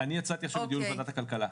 יצאתי עכשיו מדיון בוועדת הכלכלה,